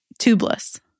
tubeless